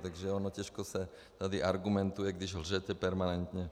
Takže ono těžko se tady argumentuje, když lžete permanentně.